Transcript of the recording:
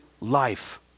life